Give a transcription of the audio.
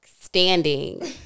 standing